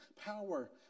Power